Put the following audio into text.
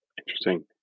Interesting